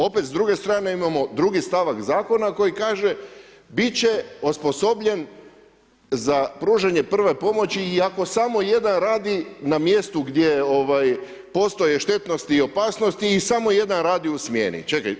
Opet s druge strane imamo drugi stavak zakona koji kaže biti će osposobljen za pružanje prve pomoći i ako samo jedan radi na mjestu gdje postoje štetnosti i opasnosti i samo jedan radi u smjeni.